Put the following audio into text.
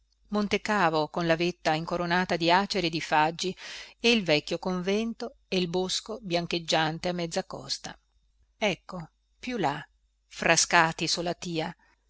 monte cavo con la vetta incoronata di aceri e di faggi e il vecchio convento e il bosco biancheggiante a mezza costa ecco più là frascati solatìa